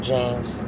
James